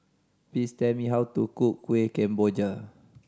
please tell me how to cook Kueh Kemboja